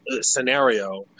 scenario